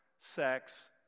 sex